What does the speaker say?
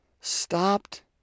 stopped